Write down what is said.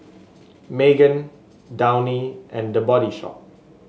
Megan Downy and The Body Shop